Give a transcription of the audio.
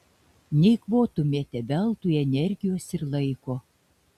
neeikvotumėte veltui energijos ir laiko